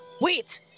Wait